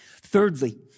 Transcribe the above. Thirdly